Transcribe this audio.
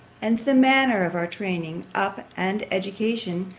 and the manner of our training up and education,